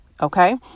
okay